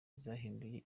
zahinduye